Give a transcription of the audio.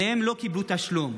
ועליהן לא קיבלו תשלום.